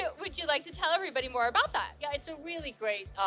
yeah would you like to tell everybody more about that? yeah, it's a really great